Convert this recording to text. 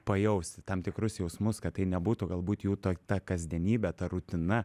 pajausti tam tikrus jausmus kad tai nebūtų galbūt jų to ta kasdienybė ta rutina